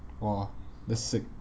!wah! that's sick